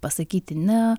pasakyti ne